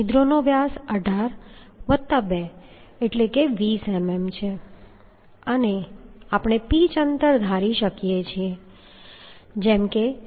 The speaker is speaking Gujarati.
છિદ્રનો વ્યાસ 18 વત્તા 2 એટલે કે 20 mm છે અને આપણે પિચ અંતર ધારી શકીએ છીએ જેમ કે 2